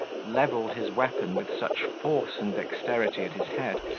leveled his weapon with such force and dexterity at his head,